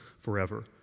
forever